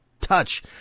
touch